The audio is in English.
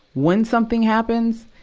when something happens,